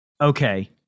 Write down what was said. Okay